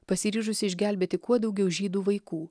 pasiryžusi išgelbėti kuo daugiau žydų vaikų